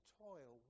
toil